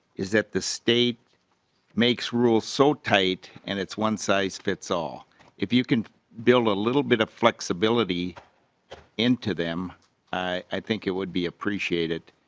is that the state makes rule so tight and it's one size fits all if you can bill a little bit of flexibility into them i think it would be appreciated.